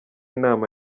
inama